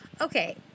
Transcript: Okay